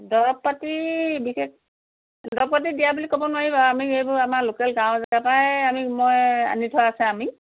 দৰৱ পাতি বিশেষ দৰৱ পাতি দিয়া বুলি ক'ব নোৱাৰি বাৰু আমি এইবোৰ আমাৰ লোকেল গাঁৱৰ জাগাৰ পৰাই আমি মই আনি থোৱা আছে আমি